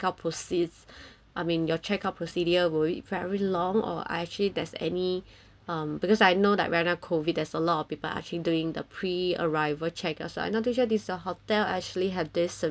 I mean your check out procedure will it very long or I actually there's any um because I know that right now COVID there is a lot of people actually doing the pre arrival check out I not too sure these uh hotel actually had this service too